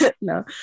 no